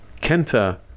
Kenta